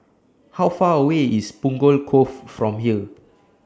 How Far away IS Punggol Cove from here